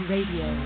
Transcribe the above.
Radio